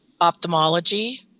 ophthalmology